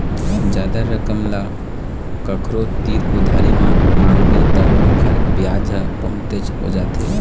जादा रकम ल कखरो तीर उधारी म मांगबे त ओखर बियाज ह बहुतेच हो जाथे